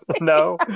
No